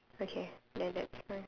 okay then that's one